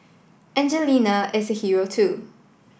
Angelina is a hero too